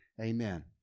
Amen